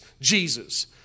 Jesus